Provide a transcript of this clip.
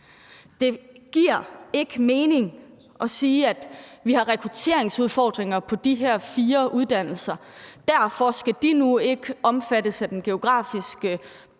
Det giver ikke mening at sige, at vi har rekrutteringsudfordringer på de her fire uddannelser, og at de derfor nu ikke skal omfattes af den geografiske nøgle,